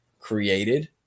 created